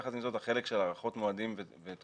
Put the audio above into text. יחד עם זאת, החלק של הארכות מועדים ותקופות,